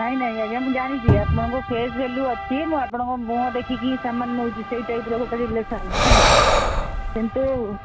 ନାଇଁ ନାଇଁ ଆଜ୍ଞା ମୁଁ ଜାଣିଛି ଆପଣଙ୍କ ଫେସ୍ ଭାଲ୍ୟୁ ଅଛି ମୁଁ ଆପଣଙ୍କ ମୁହଁ ଦେଖିକି ହିଁ ସାମାନ୍ ନେଉଛି ସେଇ ଟାଇପ୍ର ଗୋଟେ ରିଲେସନ୍ ବୁଝିଲେ କିନ୍ତୁ